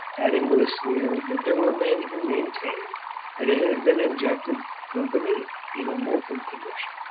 adding with a sneer that there were men who maintained that it had been injected from beneath in a molten condition.